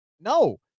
no